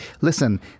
listen